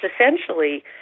essentially